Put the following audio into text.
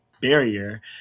barrier